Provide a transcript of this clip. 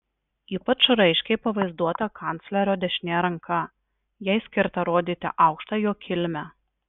ypač raiškiai pavaizduota kanclerio dešinė ranka jai skirta rodyti aukštą jo kilmę